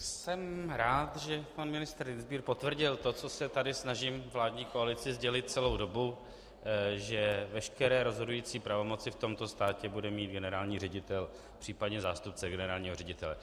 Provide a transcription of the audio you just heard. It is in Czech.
Jsem rád, že pan ministr Dienstbier potvrdil to, co se tady snažím vládní koalici sdělit celou dobu, že veškeré rozhodující pravomoci v tomto státě bude mít generální ředitel, případně zástupce generálního ředitele.